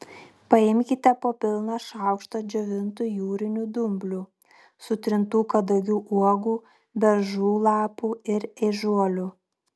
paimkite po pilną šaukštą džiovintų jūrinių dumblių sutrintų kadagių uogų beržų lapų ir ežiuolių